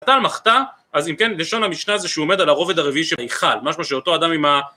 אתה המחתה, אז אם כן, לשון המשנה הזה שעומד על הרובד הרביעי של היכל, משהו שאותו אדם עם ה...